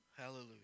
Hallelujah